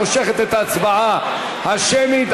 מושכת את ההצבעה השמית.